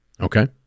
Okay